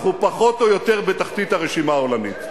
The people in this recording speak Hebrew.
אנחנו פחות או יותר בתחתית הרשימה העולמית.